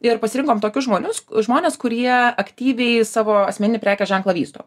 ir pasirinkom tokius žmonius žmones kurie aktyviai savo asmeninį prekės ženklą vysto